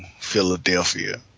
Philadelphia